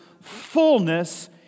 fullness